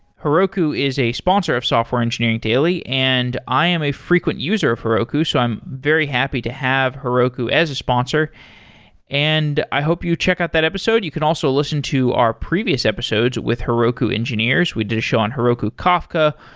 heroku is a sponsor of software engineering daily and i am a frequent user of heroku, so i'm very happy to have heroku as a sponsor and i hope you check out that episode. you can also listen to our previous episodes with heroku engineers. we did a show on heroku kafka.